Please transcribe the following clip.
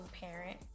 parent